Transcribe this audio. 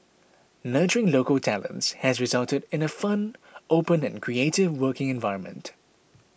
nurturing local talents has resulted in a fun open and creative working environment